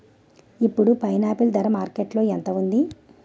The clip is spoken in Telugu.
ఇప్పుడు పైనాపిల్ ధర మార్కెట్లో ఎంత ఉంది?